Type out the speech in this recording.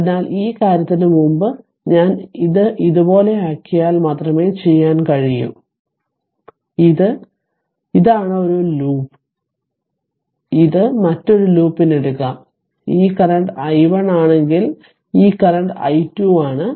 അതിനാൽ ഈ കാര്യത്തിന് മുമ്പ് ഞാൻ ഇതുപോലെയാക്കിയാൽ മാത്രമേ ചെയ്യാൻ കഴിയൂ അതിനാൽ ഇത് ഇതാണ് ഒരു ലൂപ്പ് ഇത് മറ്റൊരു ലൂപ്പിന് എടുക്കാം ഈ കറന്റ് i1 ആണെങ്കിൽ ഈ കറന്റ് i2 ആണ്